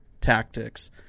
tactics